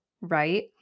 right